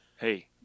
hey